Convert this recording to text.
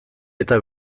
eta